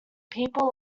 people